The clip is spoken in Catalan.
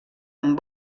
amb